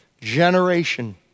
generation